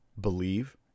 believe